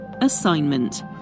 Assignment